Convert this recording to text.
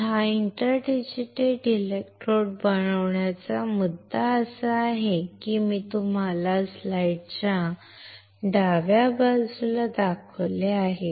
हा interdigital electrode बनवण्याचा मुद्दा असा आहे की मी तुम्हाला स्लाइडच्या डाव्या बाजूला दाखवले आहे